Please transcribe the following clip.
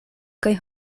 kaj